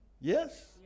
Yes